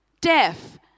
deaf